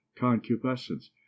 concupiscence